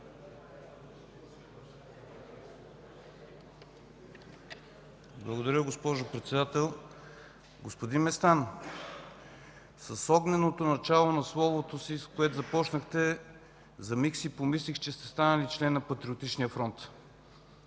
Благодаря, госпожо Председател. Господин Местан, с огненото начало на словото си, с което започнахте, за миг си помислих, че сте станали член на Патриотичния фронт.